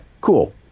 cool